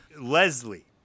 Leslie